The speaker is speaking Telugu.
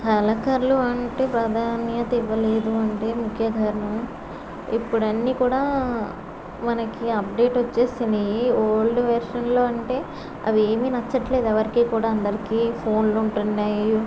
కళాకారులు అంటేప్రాధాన్యత ఇవ్వలేదు అంటే ముఖ్య ధర్మం ఇప్పుడన్ని కూడా మనకి అప్డేట్ వచ్చేసినయి ఓల్డ్ వర్షన్ల్లో అంటే అవేమి నచ్చట్లేదు ఎవరికి కూడా అందరికి ఫోన్లుంటున్నాయ్